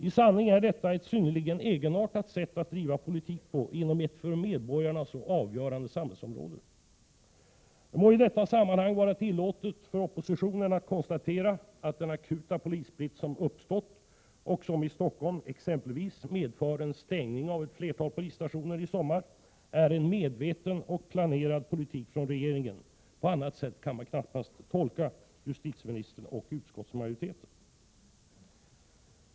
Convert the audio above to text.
I sanning är detta ett synnerligen egenartat sätt att driva politik på, inom ett för medborgarna så avgörande samhällsområde. Det må i detta sammanhang vara tillåtet för oppositionen att konstatera att den akuta polisbrist som har uppstått och som i Stockholm exempelvis medför en stängning av ett flertal polisstationer i sommar är en medveten och planerad politik från regeringen. På annat sätt kan justitieministern och utskottsmajoriteten knappast tolkas.